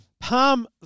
Palm